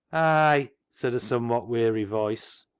ay, said a somewhat weary voice,